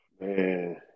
Man